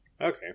Okay